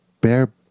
bear